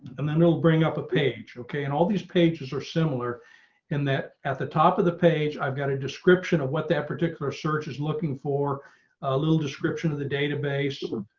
and then it'll bring up a page. okay. and all these pages are similar in that at the top of the page. i've got a description of what that particular search is looking for a little description of the database. mark